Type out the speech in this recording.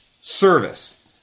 service